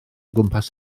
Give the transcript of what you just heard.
gwmpas